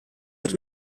wird